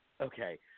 okay